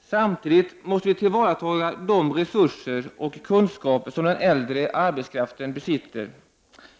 Samtidigt måste vi tillvarata de resurser och kunskaper som den äldre arbetskraften besitter.